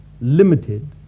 limited